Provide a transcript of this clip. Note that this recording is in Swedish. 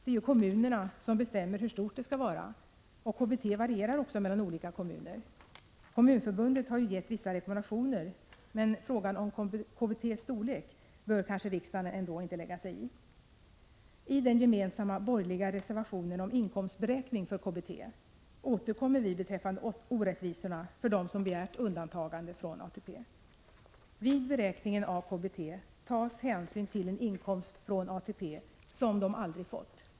Det är kommunerna som bestämmer hur stort det skall vara, och KBT varierar också mellan olika kommuner. Kommunförbundet har gett vissa rekommendationer, men frågan om KBT:s storlek bör riksdagen kanske ändå inte lägga sig i. I den gemensamma borgerliga reservationen om inkomstberäkning för KBT återkommer vi till orättvisorna för dem som begärt undantagande från ATP. Vid beräkningen av KBT tas hänsyn till en inkomst från ATP som de aldrig fått.